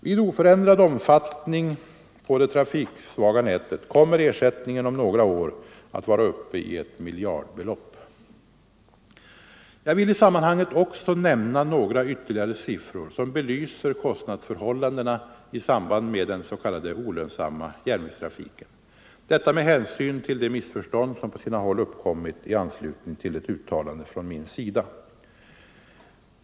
Vid oförändrad omfattning på det trafiksvaga nätet kommer ersättningen om några år att vara uppe i ett miljardbelopp. Jag vill i sammanhanget också nämna några ytterligare siffror som belyser kostnadsförhållandena i samband med den s.k. olönsamma järnvägstrafiken, detta med hänsyn till de missförstånd som på sina håll uppkommit i anslutning till ett uttalande från min sida.